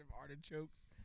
artichokes